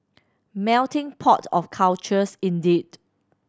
melting pot of cultures indeed